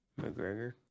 McGregor